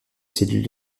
cellules